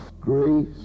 grace